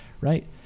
right